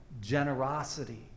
generosity